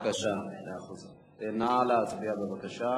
בהצעת החוק כפי שהוצגה פגמים רבים, לדעת שר